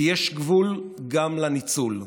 כי יש גבול גם לניצול.